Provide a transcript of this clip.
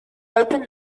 open